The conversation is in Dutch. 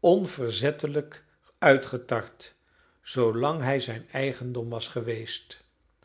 onverzettelijk uitgetart zoolang hij zijn eigendom was geweest